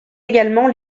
également